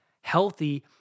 healthy